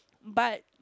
but